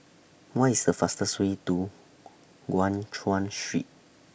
What IS The fastest Way to Guan Chuan Street